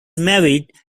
married